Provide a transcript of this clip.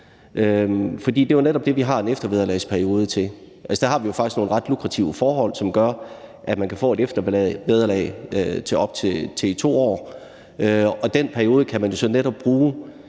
det er jo netop det, vi har en eftervederlagsperiode til. Der har vi jo faktisk nogle ret lukrative forhold, som gør, at man kan få et eftervederlag i op til 2 år, og den periode kan man så netop bruge